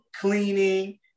cleaning